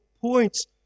points